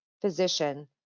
physician